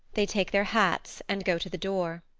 they take their hats and go to the door.